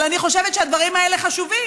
אבל אני חושבת שהדברים האלה חשובים.